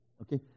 okay